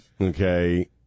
Okay